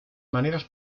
maneras